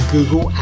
Google